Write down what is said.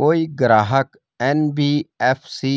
कोई ग्राहक एन.बी.एफ.सी